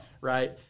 right